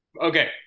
Okay